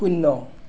শূন্য